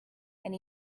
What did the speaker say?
and